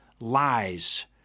lies